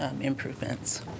improvements